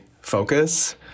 focus